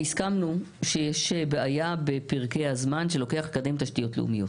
שהסכמנו שיש בעיה בפרקי הזמן שלוקח לקדם תשתיות לאומיות